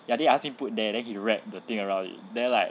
ya then he ask me put there then he wrapped the thing around it then like